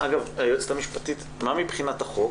היועצת המשפטית, מה מבחינת החוק?